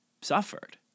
suffered